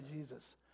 Jesus